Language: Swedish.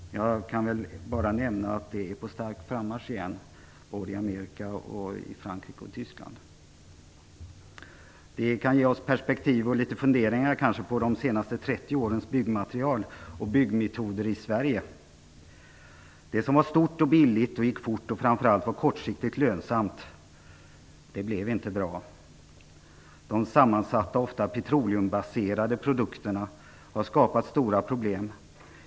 Men jag kan bara nämna att det är på stark frammarsch igen i Amerika, Det kan ge oss perspektiv, och litet funderingar kanske, på de senaste 30 årens byggmaterial och byggmetoder i Sverige. Det som var stort och billigt, gick fort och framför allt var kortsiktigt lönsamt blev inte bra. De sammansatta, ofta petroleumbaserade, produkterna har skapat stora problem.